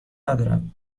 ندارم